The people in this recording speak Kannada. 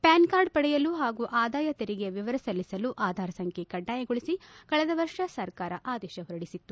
ಪ್ಲಾನ್ ಕಾರ್ಡ್ ಪಡೆಯಲು ಹಾಗೂ ಆದಾಯ ತೆರಿಗೆ ವಿವರ ಸಲ್ಲಿಸಲು ಆಧಾರ್ ಸಂಬ್ಲೆ ಕಡ್ಡಾಯಗೊಳಿಸಿ ಕಳೆದ ವರ್ಷ ಸರ್ಕಾರ ಆದೇಶ ಹೊರಡಿಸಿತ್ತು